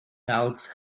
else